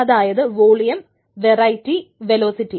അതായത് volume variety velocity